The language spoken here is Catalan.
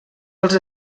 els